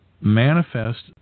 manifest